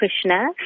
Krishna